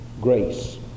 grace